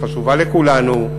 שחשובה לכולנו,